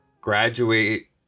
graduate